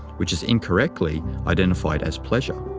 which is incorrectly identified as pleasure.